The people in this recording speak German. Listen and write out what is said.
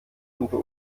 unter